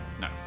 No